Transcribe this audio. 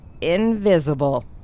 invisible